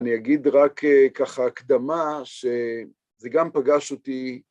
אני אגיד רק ככה הקדמה, שזה גם פגש אותי...